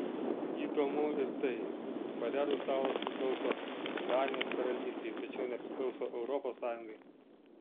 įdomu ir tai kad farerų salos priklauso danijos karalystei tačiau nepriklauso europos sąjungai